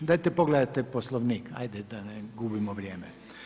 Dajte pogledajte Poslovnik, ajde, da ne gubimo vrijeme.